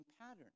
pattern